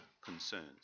concerns